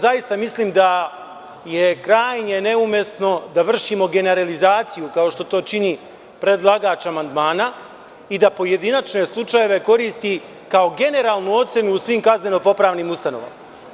Zaista mislim da je krajnje neumesno da vršimo generalizaciju, kao što to čini predlagač amandmana i da pojedinačne slučajeve koristi kao generalnu ocenu u svim kazneno-popravnim ustanovama.